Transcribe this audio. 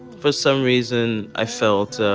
for some reason, i felt, ah